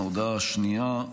ההודעה השנייה,